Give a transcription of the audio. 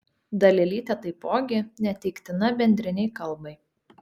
dalelytė taipogi neteiktina bendrinei kalbai